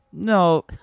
No